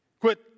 Quit